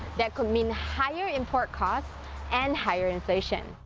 that could mean higher import costs and higher inflation.